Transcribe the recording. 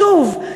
שוב,